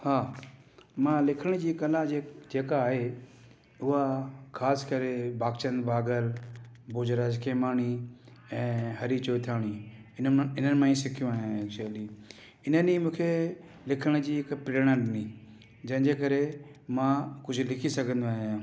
हा मां लिखण जी कला जे जेका आहे उहा ख़ासि करे भाॻचंद भागर भोॼराज खेमाणी ऐं हरी चौइथाणी इन्हनि मां ई सिखियो आहियां एक्चुली इन्हनि ई मूंखे लिखण जी हिकु प्रेरणा ॾिनी जंहिंजे करे मां कुझु लिखी सघंदो आहियां